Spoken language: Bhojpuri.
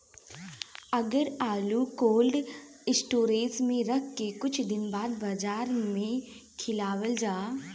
अगर आलू कोल्ड स्टोरेज में रख के कुछ दिन बाद बाजार में लियावल जा?